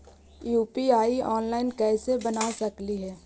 UPI online कैसे बना सकली हे?